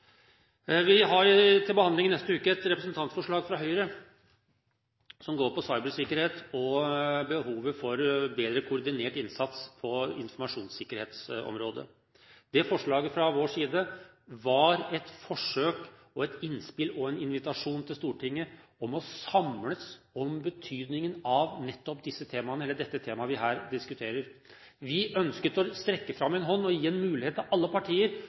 har vi til behandling et representantforslag fra Høyre som går på cybersikkerhet og behovet for bedre koordinert innsats på informasjonssikkerhetsområdet. Det forslaget var fra vår side et forsøk på og et innspill og en invitasjon til Stortinget om å samles om betydningen av nettopp det temaet vi her diskuterer. Vi ønsket å strekke fram en hånd og gi alle partier en mulighet til